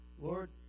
Lord